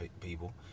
people